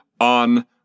on